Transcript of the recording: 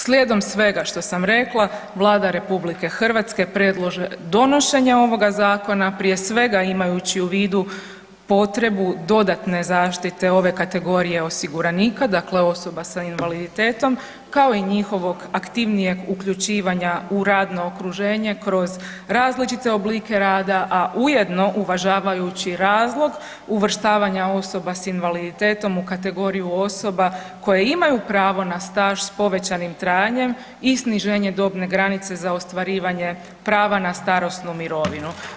Slijedom svega što sam rekla Vlada Republike Hrvatske predlaže donošenje ovoga Zakona prije svega imajući u vidu potrebu dodatne zaštite ove kategorije osiguranika dakle osoba s invaliditetom kao i njihovog aktivnijeg uključivanja u radno okruženje kroz različite oblike rada, a ujedno uvažavajući razlog uvrštavanja osoba s invaliditetom u kategoriju osoba koje imaju pravo na staž s povećanim trajanjem i sniženje dobne granice za ostvarivanje prava na starosnu mirovinu.